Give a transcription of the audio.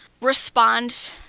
respond